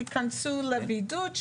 יכנסו לבידוד,